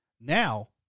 Now